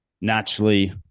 Naturally